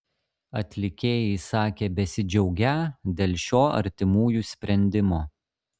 atlikėjai sakė besidžiaugią dėl šio artimųjų sprendimo